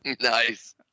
Nice